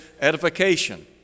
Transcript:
edification